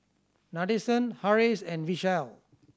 Nadesan Haresh and Vishal